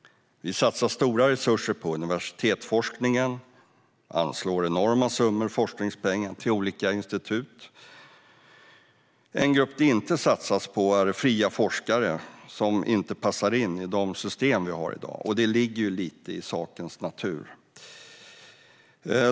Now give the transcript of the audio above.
Vi satsar stora resurser på universitetsforskningen och anslår enorma summor forskningspengar till olika institut. En grupp det inte satsas på är fria forskare, som inte passar in i de system vi har i dag. Det ligger ju lite i sakens natur.